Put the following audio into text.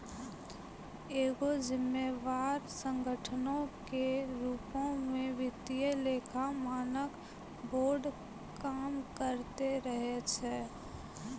एगो जिम्मेवार संगठनो के रुपो मे वित्तीय लेखा मानक बोर्ड काम करते रहै छै